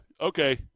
okay